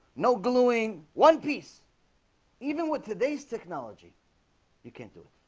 no gluing one piece even with today's technology you can't do